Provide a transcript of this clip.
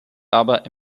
aber